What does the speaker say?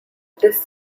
this